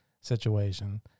situation